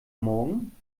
morgen